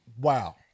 Wow